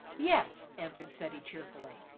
yes, answered ceddie cheerfully.